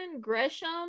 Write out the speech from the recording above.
Gresham